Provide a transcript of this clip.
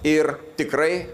ir tikrai